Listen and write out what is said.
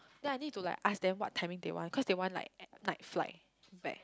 then I need to like ask them what timing they want cause they want like night flight back